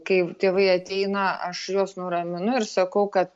kai tėvai ateina aš juos nuraminu ir sakau kad